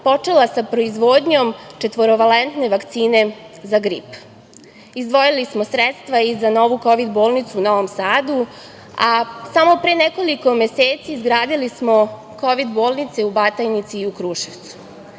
počela sa proizvodnjom četvorovalentne vakcine za grip. Izdvojili smo sredstva i za novu kovid-bolnicu u Novom Sadu, a samo pre nekoliko meseci izgradili smo kovid-bolnice u Batajnici i u Kruševcu. Sa